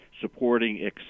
supporting